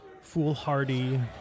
foolhardy